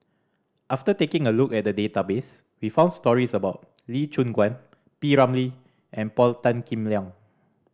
after taking a look at the database we found stories about Lee Choon Guan P Ramlee and Paul Tan Kim Liang